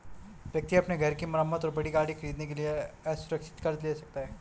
व्यक्ति अपने घर की मरम्मत और बड़ी गाड़ी खरीदने के लिए असुरक्षित कर्ज ले सकता है